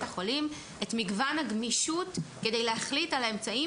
החולים את מגוון הגמישות כדי להחליט על האמצעים